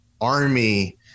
army